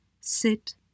sit